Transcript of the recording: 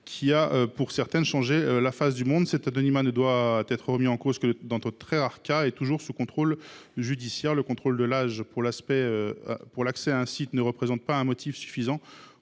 dont certaines ont changé la face du monde. Cet anonymat ne doit être remis en cause que dans de très rares cas et toujours sous le contrôle du juge. La vérification de l’âge pour accéder à un site ne représente pas un motif suffisant